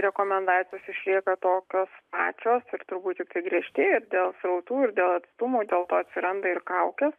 rekomendacijos išlieka tokios pačios ir turbūt griežtėja dėl srautų ir dėl atstumo dėl to atsiranda ir kaukės